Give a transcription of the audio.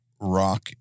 rock